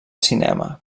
cinema